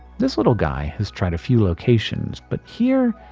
this little guy has tried a few locations, but here,